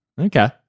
Okay